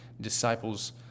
disciples